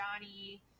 Johnny